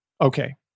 okay